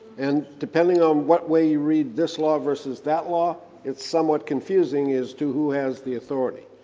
and depending on what way you read this law versus that law, it's somewhat confusing as to who has the authority.